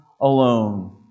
alone